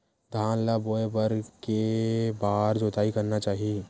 धान ल बोए बर के बार जोताई करना चाही?